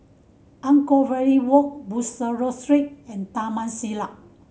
Anchorvale Walk Bussorah Street and Taman Sireh